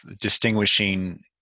distinguishing